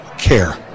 care